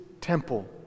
temple